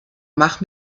mach